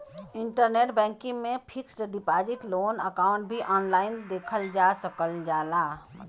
internet banking में fixed deposit loan account भी online देखल जा सकल जाला